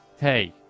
hey